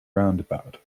roundabout